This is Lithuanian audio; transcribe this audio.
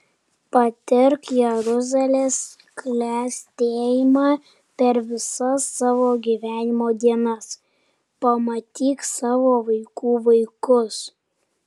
patirk jeruzalės klestėjimą per visas savo gyvenimo dienas pamatyk savo vaikų vaikus